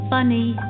Funny